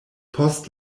post